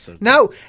No